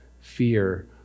fear